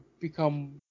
become